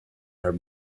her